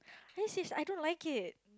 this is I don't like it